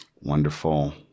Wonderful